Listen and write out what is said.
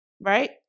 Right